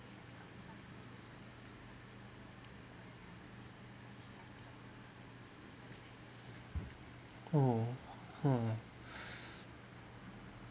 oh !wah!